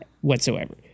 whatsoever